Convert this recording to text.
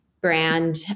brand